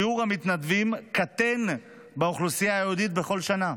שיעור המתנדבים קטן באוכלוסייה היהודית בכל שנה.